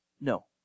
No